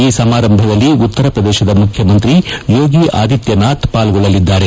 ಈ ಸಮಾರಂಭದಲ್ಲಿ ಉತ್ತರ ಪ್ರದೇಶ ಮುಖ್ಯಮಂತ್ರಿ ಯೋಗಿ ಆದಿತ್ಯನಾಥ್ ಪಾಲ್ಗೊಳ್ಳಲಿದ್ದಾರೆ